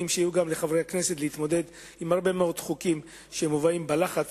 שיהיו לחברי הכנסת להתמודד עם הרבה מאוד חוקים שמובאים בלחץ,